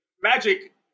magic